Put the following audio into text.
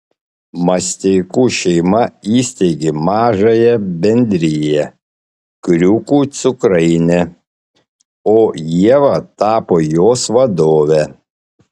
masteikų šeima įsteigė mažąją bendriją kriūkų cukrainė o ieva tapo jos vadove